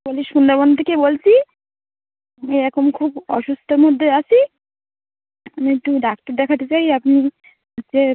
বলছি সুন্দরবন থেকে বলছি আমি এরকম খুব অসুস্থর মধ্যে আছি আমি একটু ডাক্তার দেখাতে চাই আপনি হচ্ছে